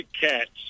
cats